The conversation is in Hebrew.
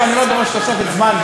אני אפילו לא דורש תוספת זמן,